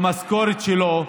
במשכורת שלו,